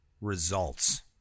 results